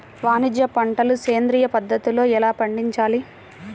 వాణిజ్య పంటలు సేంద్రియ పద్ధతిలో ఎలా పండించాలి?